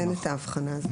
אין את ההבחנה הזו?